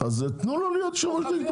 אז תנו לו להיות יושב-ראש דירקטוריון.